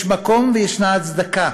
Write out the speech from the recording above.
יש מקום ויש הצדקה